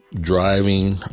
driving